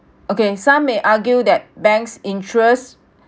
okay some may argue that banks' interest